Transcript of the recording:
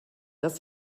dass